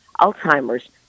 Alzheimer's